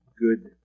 good